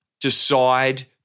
decide